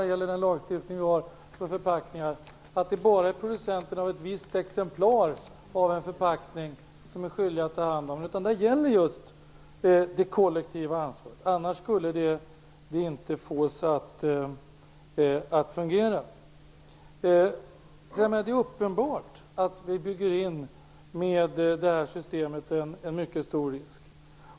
Enligt lagstiftningen för förpackningar är det inte bara producenten av ett visst exemplar av en förpackning som är skyldig att ta hand om den. I stället gäller just det kollektiva ansvaret. Annars skulle det inte fungera. Det är alltså uppenbart att vi med det här systemet bygger in en mycket stor risk.